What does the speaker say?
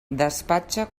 despatxa